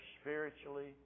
spiritually